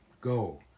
go